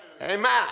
Amen